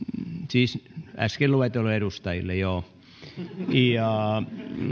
siis äsken luetelluille edustajille ja